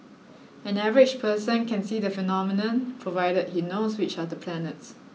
an average person can see the phenomenon provided he knows which are the planets